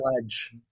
ledge